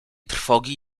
trwogi